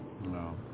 No